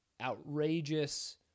outrageous